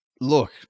Look